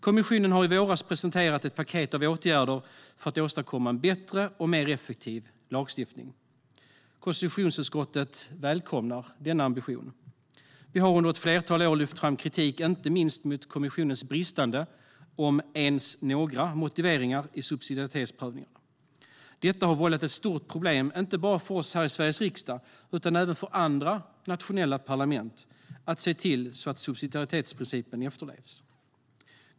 Kommissionen presenterade i våras ett paket av åtgärder för att åstadkomma en bättre och mer effektiv lagstiftning. Konstitutionsutskottet välkomnar denna ambition. Vi har under ett flertal år lyft fram kritik, inte minst mot kommissionens bristande, om ens några, motiveringar i subsidiaritetsprövningarna. Det har vållat ett stort problem inte bara för oss i Sveriges riksdag utan även för andra nationella parlament vad gäller att se till att subsidiaritetsprincipen efterlevs.